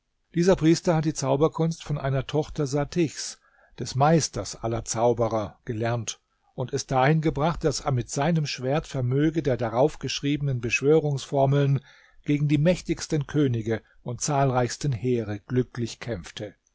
dieser priester hat die zauberkunst von einer tochter satichs des meisters aller zauberer gelernt und es dahin gebracht daß er mit seinem schwert vermöge der darauf geschriebenen beschwörungsformeln gegen die mächtigsten könige und zahlreichsten heere glücklich kämpfte